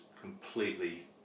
completely